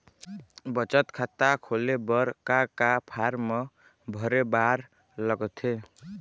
बचत खाता खोले बर का का फॉर्म भरे बार लगथे?